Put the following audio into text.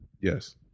Yes